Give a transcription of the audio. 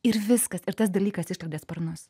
ir viskas ir tas dalykas išskleidė sparnus